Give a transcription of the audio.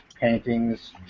paintings